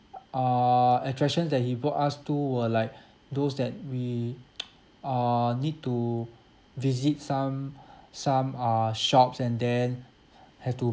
uh attraction that he brought us to were like those that we uh need to visit some some uh shops and then have to